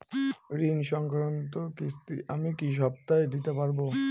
ঋণ সংক্রান্ত কিস্তি আমি কি সপ্তাহে দিতে পারবো?